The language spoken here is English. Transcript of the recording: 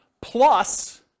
plus